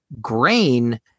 grain